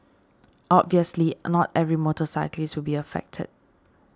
obviously not every motorcyclist will be affected